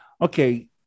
okay